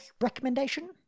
recommendation